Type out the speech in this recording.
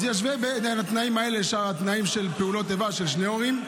להשוות בין התנאים האלה לשאר התנאים של פעולות איבה של שני ההורים,